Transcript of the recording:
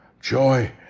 Joy